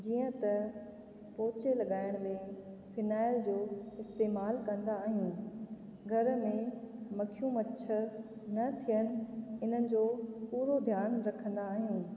जीअं त पोचे लॻाइण में फिनाइल जो इस्तेमाल कंदा आहियूं घर में मखियूं मछर न थियनि हिननि जो पूरो ध्यानु रखंदा आहियूं